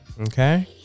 Okay